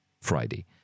Friday